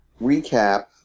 recap